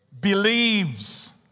Believes